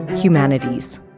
Humanities